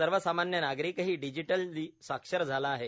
सर्वसामान्य नागरिकही डिजिटली साक्षर झाला आहे